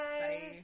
Bye